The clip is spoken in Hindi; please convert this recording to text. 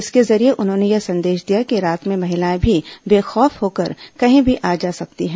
इसके जॉरेये उन्होंने यह संदेश दिया कि रात में महिलाए भी बेखौफ होकर कहीं भी आ जा सकती हैं